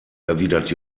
erwidert